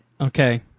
Okay